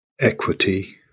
equity